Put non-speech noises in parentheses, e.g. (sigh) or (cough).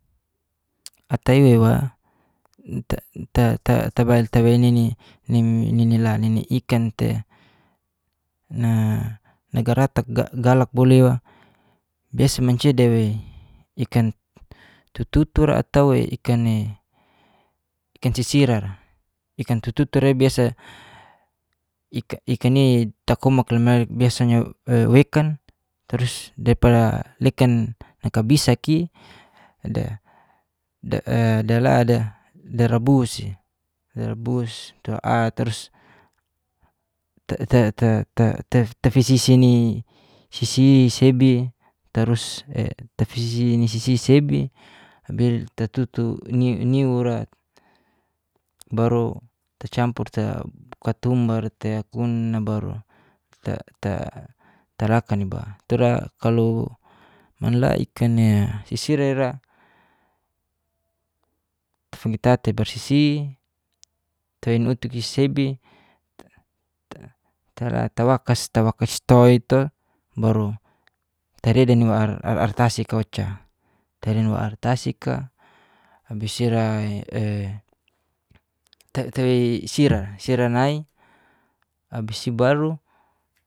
(unintelligible) tabai ninila nini ikan tei (hesitation) nagaratak galak bolewa bis mancia i'dawei ikan tutur atau ikan sisirara, ikan tuture biasa ikan nai takomakla nai biasanya wekantrus dari pada lekan naika bisaki (hesitation) de rabusi (hesitation) tafisisini sisisebi tarus (unintelligible) tatutu niura baru tacampur tei katumbar tei nakuna baru (hesitation) tarakaniba tura kalu manla ikan nai sisiri'ra fugita tei barsisi (hesitation) tutuin kisebi (hesitation) tar atawakas-tawakasto'i to, baru taria deng nuaartasi koca tarinua artasika abis ira (hesitation) itawei sirara nai abis'i baru.